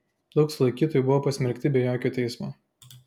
daug sulaikytųjų buvo pasmerkti be jokio teismo